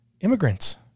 immigrants